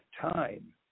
time